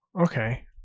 okay